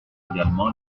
également